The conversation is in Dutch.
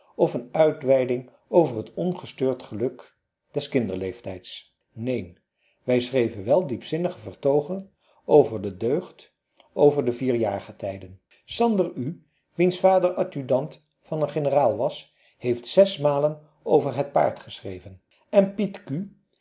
of een uitweiding over t ongestoord geluk des kinderleeftijds neen wij schreven wel diepzinnige vertoogen over de deugd of over de vier jaargetijden sander u wiens vader adjudant van een generaal was heeft zesmalen over het paard geschreven en piet q